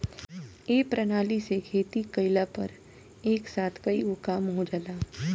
ए प्रणाली से खेती कइला पर एक साथ कईगो काम हो जाला